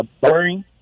boring